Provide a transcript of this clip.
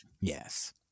Yes